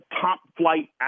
top-flight